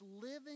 living